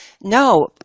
no